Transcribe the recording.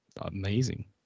amazing